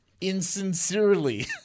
insincerely